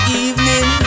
evening